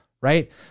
right